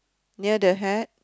near the hat